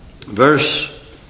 Verse